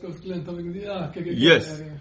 Yes